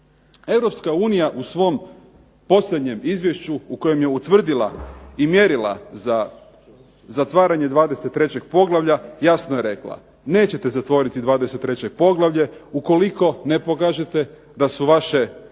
narodu. EU u svom posljednjem izvješću u kojem je utvrdila i mjerila za zatvaranje 23. poglavlja jasno je rekla, nećete zatvoriti 23. poglavlje ukoliko ne pokažete da su vaše USKOK-čke